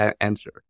answer